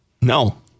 No